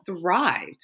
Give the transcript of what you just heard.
thrived